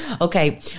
Okay